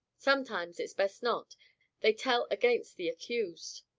sometimes it's best not they tell against the accused.